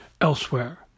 Elsewhere